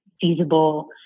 feasible